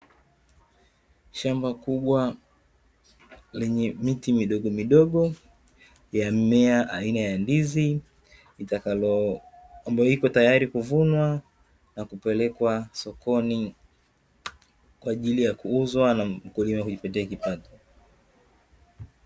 Shamba kubwa lenye miti midogomidogo ya mmea aina ya ndizi, ambayo iko tayari kuvunwa na kupelekwa sokoni, kwa ajili ya kuuzwa na mkulima kujipatia kipato.